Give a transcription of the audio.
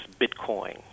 Bitcoin